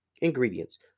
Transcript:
Ingredients